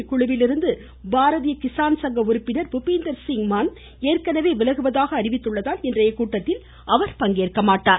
இக்குழுவிலிருந்து பாரதிய கிஸான் சங்க உறுப்பினர் புபீந்தர்சிங் மந்த் ஏற்கனவே விலகுவதாக அறிவித்துள்ளதால் இன்றைய கூட்டத்தில் அவர் பங்கேற்க மாட்டார்